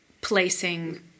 placing